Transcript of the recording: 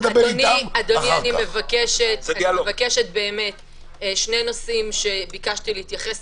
אני מבקשת באמת - שני נושאים שביקשתי להתייחס